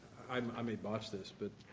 um i may botch this but,